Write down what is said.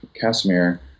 Casimir